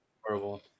horrible